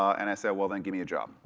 and i said, well then give me a job,